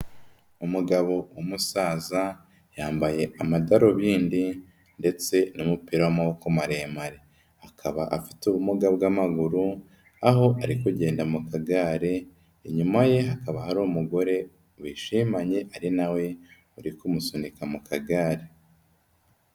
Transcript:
Umugabo w'umusaza yambaye amadarubindi ndetse n'umupira w'amoboko maremare akaba afite ubumuga bw'amaguru aho ari kugenda mu kagare, inyuma ye hakaba hari umugore bishimanye ari nawe uri kumusunika mu kagare.